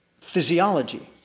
physiology